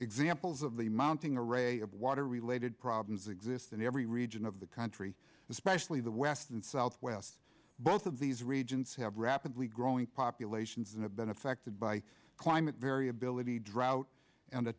examples of the mounting array of water related problems exist in every region of the country especially the west and southwest both of these regions have rapidly growing populations and have been affected by climate variability drought and